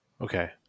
Okay